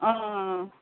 অঁ